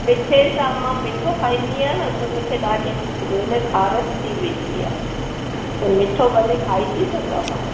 मिठे सां मां मिठो खाईंदी आहियां न त मूंखे ॾाढी माना खारस थी वेंदी आहे त मिठो भले खाई थी सघां